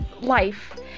life